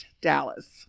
Dallas